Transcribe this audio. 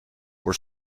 were